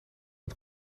het